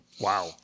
Wow